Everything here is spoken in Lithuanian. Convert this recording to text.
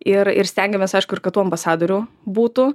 ir ir stengiamės aišku ir kad tų ambasadorių būtų